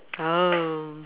oh